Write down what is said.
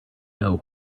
know